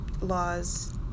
laws